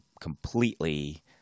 completely